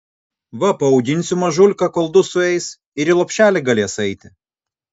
va paauginsiu mažulką kol du sueis ir i lopšelį galės eiti